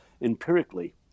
empirically